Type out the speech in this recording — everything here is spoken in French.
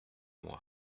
mois